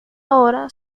ahora